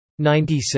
96